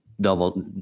double